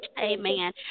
Amen